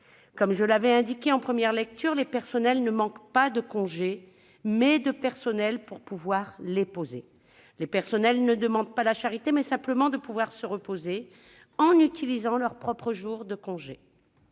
Comme je l'avais indiqué en première lecture, les personnels manquent non pas de congés, mais d'effectifs pour pouvoir poser des jours ! Les personnels ne demandent pas la charité, ils souhaitent simplement pouvoir se reposer en utilisant leurs propres jours de congé.